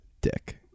Dick